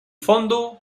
fondo